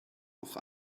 noch